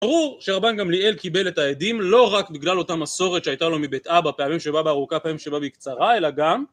ברור שרבן גמליאל קיבל את העדים לא רק בגלל אותה מסורת שהייתה לו מבית אבא פעמים שבא בארוכה פעמים שבא בקצרה אלא גם